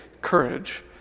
courage